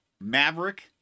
Maverick